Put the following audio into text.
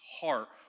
heart